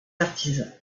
artisans